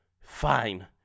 Fine